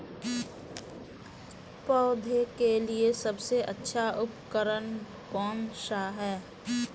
पौधों के लिए सबसे अच्छा उर्वरक कौनसा हैं?